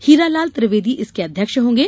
हीरालाल त्रिवेदी इसके अध्यक्ष होंगे